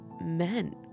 men